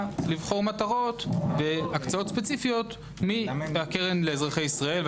לבחור מטרות בהקצאות ספציפיות מהקרן לאזרחי ישראל.